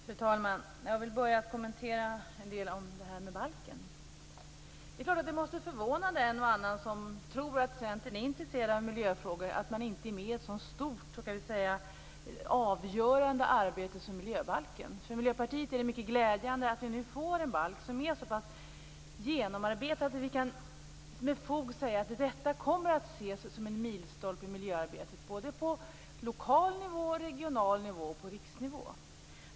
Fru talman! Jag vill börja med att kommentera frågan om balken. Det är klart att det måste förvåna en och annan som tror att Centern är intresserad av miljöfrågor att man inte är med i ett så stort och avgörande arbete som miljöbalken. För Miljöpartiet är det mycket glädjande att vi nu får en balk som är så pass genomarbetad att vi med fog kan säga att den kommer att ses som en milstolpe i miljöarbetet på lokal nivå, regional nivå och riksnivå.